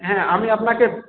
হ্যাঁ আমি আপনাকে